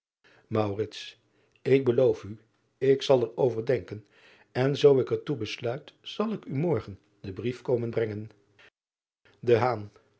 k beloof u ik zal er over denken en zoo ik er toe besluit zal ik u morgen den brief komen brengen